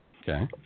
Okay